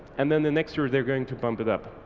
and then the next year they're going to bump it up.